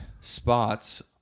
spots